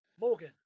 Morgan